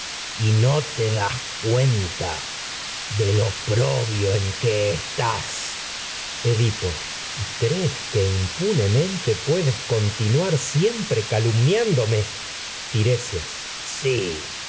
y no te das cuenta del oprobio que estás edipo y crees que impunemente puedes continuar siempre calumniándome tiresias